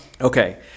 Okay